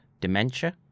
dementia